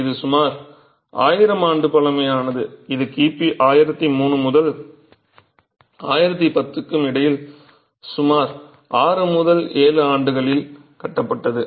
இது சுமார் ஆயிரம் ஆண்டுகள் பழமையானது இது கிபி 1003 மற்றும் 1010 க்கு இடையில் சுமார் 6 முதல் 7 ஆண்டுகளில் கட்டப்பட்டது